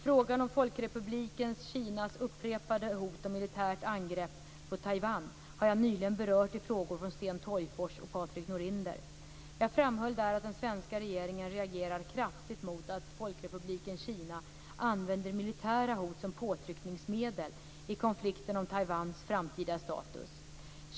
Frågan om Folkrepubliken Kinas upprepade hot om militärt angrepp på Taiwan har jag nyligen berört i frågor från Sten Tolgfors och Patrik Norinder. Jag framhöll där att den svenska regeringen reagerar kraftigt mot att Folkrepubliken Kina använder militära hot som påtryckningsmedel i konflikten om Taiwans framtida status.